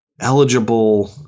eligible